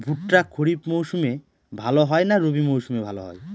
ভুট্টা খরিফ মৌসুমে ভাল হয় না রবি মৌসুমে ভাল হয়?